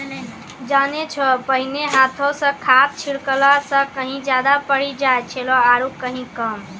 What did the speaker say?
जानै छौ पहिने हाथों स खाद छिड़ला स कहीं ज्यादा पड़ी जाय छेलै आरो कहीं कम